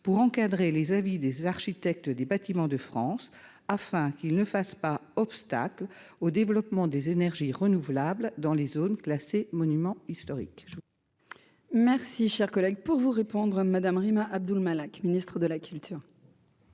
pour encadrer les avis des architectes des Bâtiments de France afin qu'ils ne fassent pas obstacle au développement des énergies renouvelables dans les zones classées monuments historiques. Merci, cher collègue, pour vous répondre madame Rima Abdul-Malak Ministre de la culture.